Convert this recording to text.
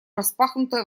распахнутое